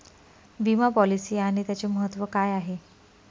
विमा पॉलिसी आणि त्याचे महत्व काय आहे?